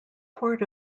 port